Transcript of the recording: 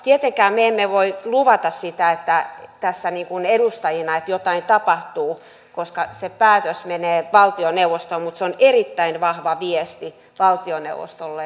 tietenkään me emme voi luvata sitä tässä edustajina että jotain tapahtuu koska se päätös menee valtioneuvostoon mutta se on erittäin vahva viesti valtioneuvostolle harkittavaksi